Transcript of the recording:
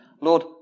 Lord